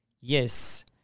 Yes